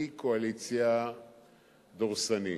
היא קואליציה דורסנית.